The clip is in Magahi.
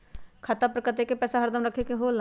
खाता पर कतेक पैसा हरदम रखखे के होला?